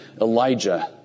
Elijah